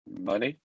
money